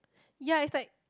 ya it's like